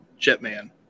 Jetman